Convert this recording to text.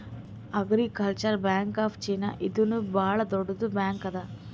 agricultural bank of China ಇದೂನು ಭಾಳ್ ದೊಡ್ಡುದ್ ಬ್ಯಾಂಕ್ ಅದಾ